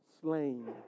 slain